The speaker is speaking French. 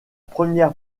première